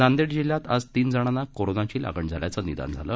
नांदेड जिल्ह्यात आज तीन जणांना कोरोनाची लागण झाल्याचं निदान झालं